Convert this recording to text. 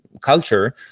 culture